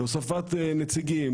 להוספת נציגים,